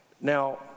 Now